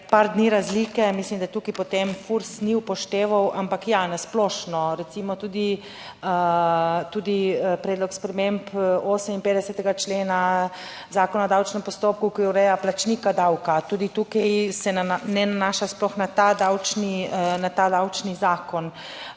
par dni razlike. Mislim, da tukaj potem FURS ni upošteval ampak ja, na splošno recimo tudi predlog sprememb 58. člena Zakona o davčnem postopku, ki ureja plačnika davka tudi tukaj se ne nanaša sploh na ta davčni, na